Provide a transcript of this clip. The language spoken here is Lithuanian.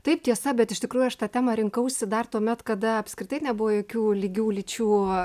taip tiesa bet iš tikrųjų aš tą temą rinkausi dar tuomet kada apskritai nebuvo jokių lygių lyčių